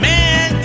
Man